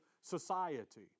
society